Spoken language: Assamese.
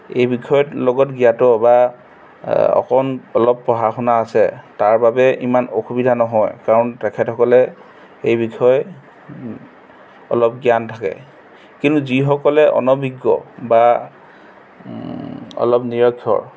এই বিষয়ত লগত জ্ঞাত বা অকণ অলপ পঢ়া শুনা আছে তাৰ বাবে ইমান অসুবিধা নহয় কাৰণ তেখেতসকলে এই বিষয়ে অলপ জ্ঞান থাকে কিন্তু যিসকলে অনভিজ্ঞ বা অলপ নিৰক্ষ